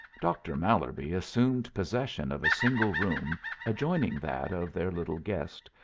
doctor mallerby assumed possession of a single room adjoining that of their little guest,